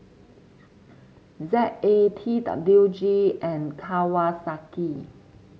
Z A T W G and Kawasaki